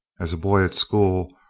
as a boy at school,